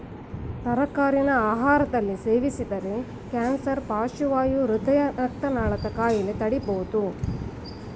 ತರಕಾರಿನ ಆಹಾರದಲ್ಲಿ ಸೇವಿಸಿದರೆ ಕ್ಯಾನ್ಸರ್ ಪಾರ್ಶ್ವವಾಯು ಹೃದಯ ರಕ್ತನಾಳದ ಕಾಯಿಲೆ ತಡಿಬೋದು